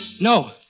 No